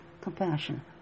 compassion